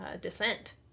descent